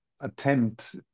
attempt